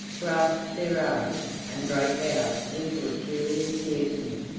grasped their arms, and broke out into a furious mutiny.